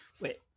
Wait